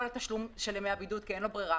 התשלום של ימי הבידוד כי אין לו ברירה,